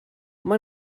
mae